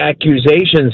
accusations